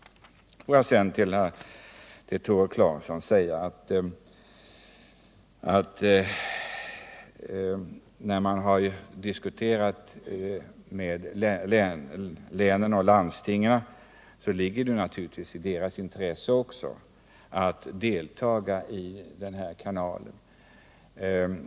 Låt mig sedan säga till Tore Claeson att det naturligtvis ligger i landstingens intresse att delta i kanalens upprustning.